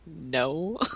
no